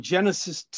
Genesis